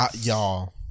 Y'all